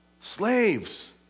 Slaves